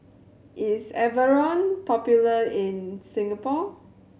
is Enervon popular in Singapore